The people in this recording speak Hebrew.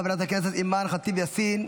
חברת הכנסת אימאן ח'טיב יאסין,